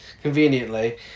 Conveniently